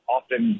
often